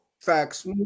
Facts